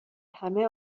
همه